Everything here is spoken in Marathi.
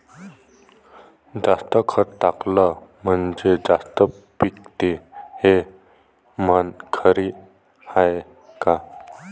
जास्त खत टाकलं म्हनजे जास्त पिकते हे म्हन खरी हाये का?